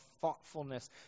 thoughtfulness